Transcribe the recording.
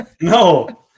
No